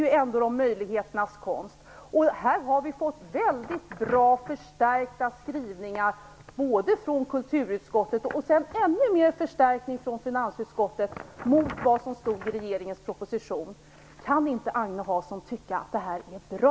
Politik är möjligheternas konst, och här har vi fått bra förstärkta skrivningar mot det som stod i regeringens proposition, från både kulturutskottet och finansutskottet. Kan inte Agne Hansson tycka att det här är bra?